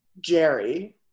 Jerry